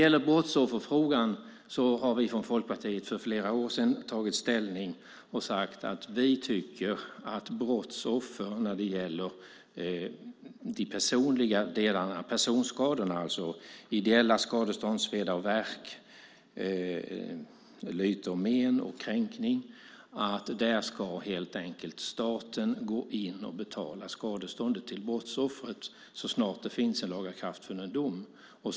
Folkpartiet har för flera år sedan tagit ställning i brottsofferfrågan och sagt att vi när det gäller personskador och individuellt skadestånd för sveda och värk, lyte och men samt kränkning tycker att staten ska gå in och betala skadeståndet till brottsoffret så snart det finns en lagakraftvunnen dom.